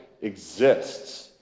exists